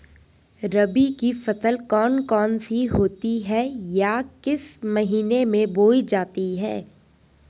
रबी की फसल कौन कौन सी होती हैं या किस महीने में बोई जाती हैं?